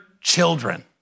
children